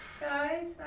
guys